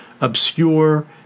obscure